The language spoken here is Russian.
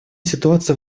ситуация